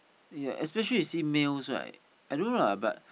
ya especially you see males right I don't know lah but